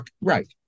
right